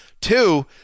Two